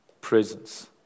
presence